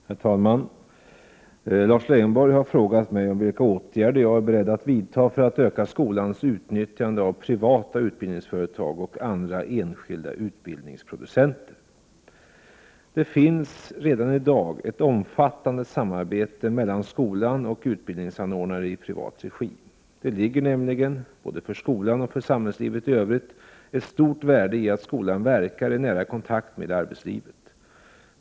Herr talman! Lars Leijonborg har frågat mig om vilka åtgärder jag är beredd att vidta för att öka skolans utnyttjande av privata utbildningsföretag och andra enskilda utbildningsproducenter. Det finns redan i dag ett omfattande samarbete mellan skolan och utbildningsanordnare i privat regi. Det ligger nämligen — både för skolan och för samhällslivet i övrigt — ett stort värde i att skolan verkar i nära kontakt med arbetslivet.